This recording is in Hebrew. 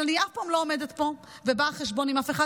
אבל אני אף פעם לא עומדת פה ובאה חשבון עם אף אחד,